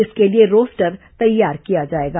इसके लिए रोस्टर तैयार किया जाएगा